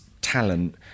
talent